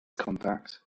compact